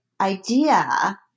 idea